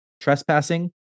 trespassing